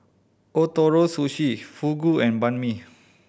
Ootoro Sushi Fugu and Banh Mi